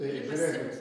tai žiūrėkit